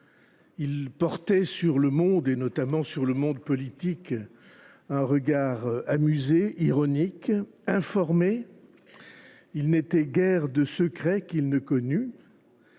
Il portait sur le monde, et notamment sur le monde politique, un regard amusé, ironique, informé. Il n’était guère de secret qu’il ne connût,